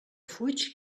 fuig